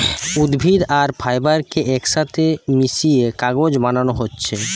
উদ্ভিদ আর ফাইবার কে একসাথে মিশিয়ে কাগজ বানানা হচ্ছে